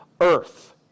earth